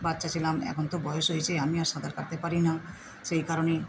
বাচ্চা ছিলাম এখন তো বয়স হয়েছে আমি আর সাঁতার কাটতে পারি না সেই কারণেই